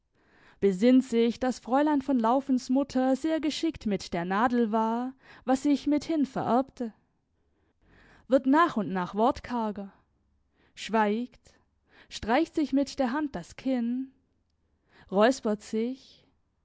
besinnt sich daß fräulein von laufens mutter sehr geschickt mit der nadel war was sich mithin vererbte wird nach und nach wortkarger schweigt streicht sich mit der hand das kinn räuspert sich